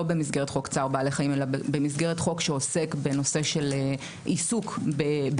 במסגרת חוק צער בעלי חיים אלא במסגרת חוק שעוסק בנושא של עיסוק בהדברה,